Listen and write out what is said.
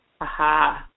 Aha